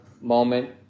moment